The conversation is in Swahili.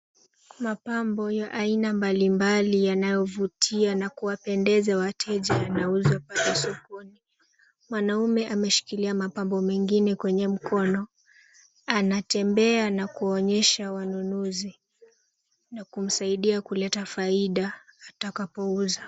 Mapambo ya aina mbalimbali yanayovutia na kuwapendeza wateja yanauzwa pale sokoni. Mwanaume ameshikilia mapambo mengine kwenye mkono, anatembea na kuonyesha wanunuzi na kumsaidia kuleta faida atakapouza.